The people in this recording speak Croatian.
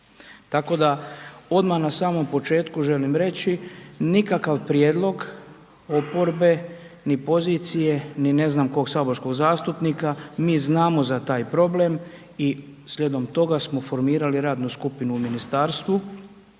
Tako da odmah na samom početku želim reći, nikakav prijedlog oporbe nit pozicije ni ne znam kog saborskog zastupnika, mi znamo za taj problem i slijedom toga smo formirali radnu skupinu u ministarstvu